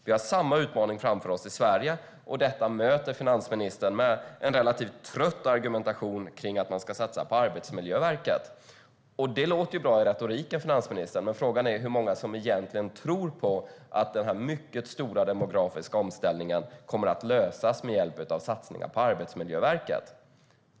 Vi har samma utmaning framför oss i Sverige. Detta möter finansministern med en relativt trött argumentation om satsningar på Arbetsmiljöverket. Det låter retoriskt bra, finansministern. Men frågan är hur många som tror på att den mycket stora demografiska omställningen kommer att lösas med hjälp av satsningar på Arbetsmiljöverket.